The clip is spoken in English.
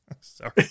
sorry